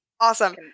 Awesome